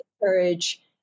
encourage